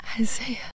Isaiah